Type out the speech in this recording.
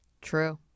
True